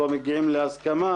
לא מגיעים להסכמה